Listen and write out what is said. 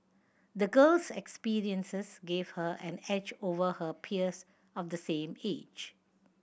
the girl's experiences gave her an edge over her peers of the same age